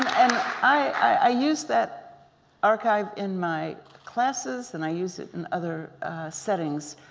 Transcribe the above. and i use that archive in my classes and i use it in other settings